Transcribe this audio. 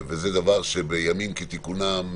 זה דבר שבימים כתיקונם,